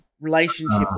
relationship